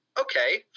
okay